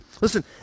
Listen